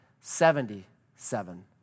Seventy-seven